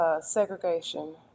Segregation